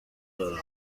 دارم